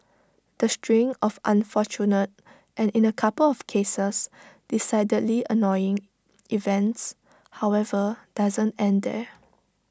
the string of unfortunate and in A couple of cases decidedly annoying events however doesn't end there